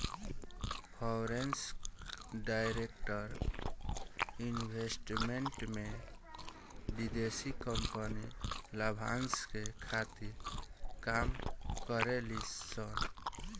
foreign direct investment में विदेशी company लाभांस के खातिर काम करे ली सन